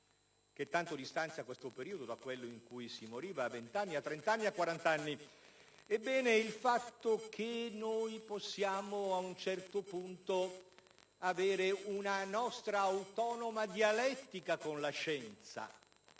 che tanto distanzia questo periodo da quello in cui si moriva a 20, a 30 a 40 anni, cioè il fatto che noi possiamo, ad un certo punto, avere una nostra autonoma dialettica con la scienza,